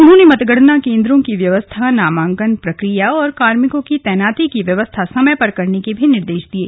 उन्होंने मतगणना केन्द्रों की व्यवस्था नामांकन प्रक्रिया और कार्मिकों की तैनाती की व्यवस्था समय पर करने के निर्देश दिये